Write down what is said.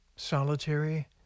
solitary